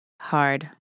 hard